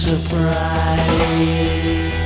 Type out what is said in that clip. surprise